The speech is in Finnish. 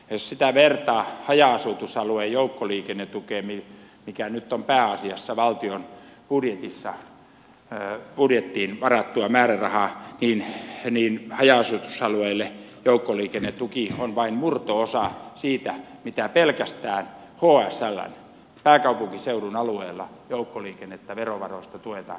jos sitä vertaa haja asutusalueen joukkoliikennetukeen mikä nyt on pääasiassa valtion budjettiin varattua määrärahaa niin haja asutusalueille joukkoliikennetuki on vain murto osa siitä mitä pelkästään hsln joukkoliikennettä pääkaupunkiseudun alueella verovaroista tuetaan